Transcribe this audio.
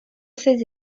ses